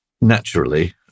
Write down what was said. naturally